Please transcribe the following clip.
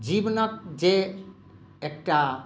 जीवनक जे एकटा